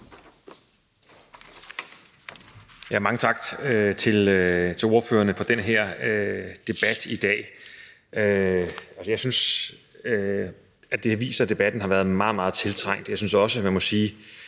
Mange tak til ordførerne for den her debat i dag. Jeg synes, det har vist sig, at debatten har været meget, meget tiltrængt. Jeg synes også, man må sige,